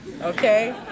Okay